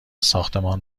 ساختمان